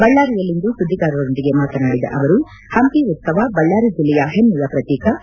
ಬಳ್ಳಾರಿಯಲ್ಲಿಂದು ಸುದ್ದಿಗಾರರೊಂದಿಗೆ ಮಾತನಾಡಿದ ಅವರು ಪಂಪಿ ಉತ್ತವ ಬಳ್ಳಾರಿ ಜಿಲ್ಲೆಯ ಹೆಮ್ಮೆಯ ಪ್ರತೀಕಾ